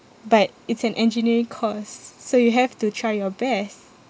but it's an engineering course so you have to try your best